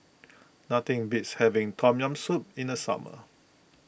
nothing beats having Tom Yam Soup in the summer